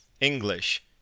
English